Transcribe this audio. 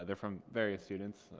and from various students,